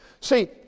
See